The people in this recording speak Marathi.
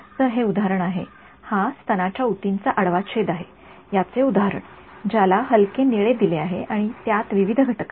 तर हे उदाहरण आहे हा स्तनाच्या उतींचा आडवा छेद आहे याचे उदाहरण ज्याला हलके निळे दिले आहेत आणि त्यात विविध घटक आहेत